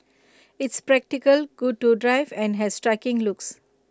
it's practical good to drive and has striking looks